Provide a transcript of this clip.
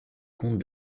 comtes